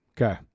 Okay